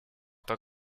tant